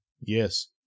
Yes